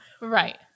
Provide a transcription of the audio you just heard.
Right